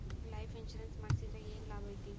Life insurance ಮಾಡ್ಸಿದ್ರ ಏನ್ ಲಾಭೈತಿ?